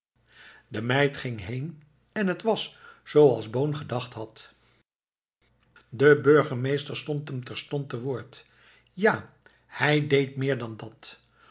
de meid ging heen en het was zooals boon gedacht had de burgemeester stond hem terstond te woord ja hij deed meer dan dat